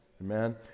Amen